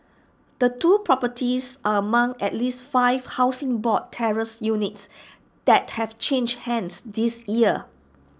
the two properties are among at least five Housing Board terraced units that have changed hands this year